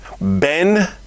Ben